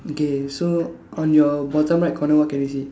okay so on your bottom right corner what can you see